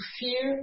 fear